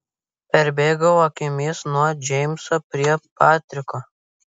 perbėgau akimis nuo džeimso prie patriko